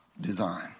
design